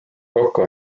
kokku